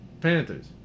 Panthers